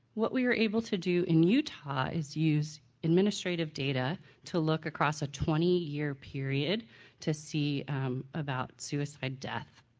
what we were able to do in utah is use administrative data to look across a twenty year period to see about suicide death.